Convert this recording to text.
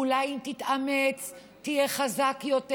אולי אם תתאמץ תהיה חזק יותר.